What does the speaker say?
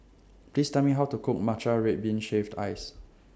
Please Tell Me How to Cook Matcha Red Bean Shaved Ice